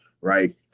right